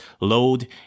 load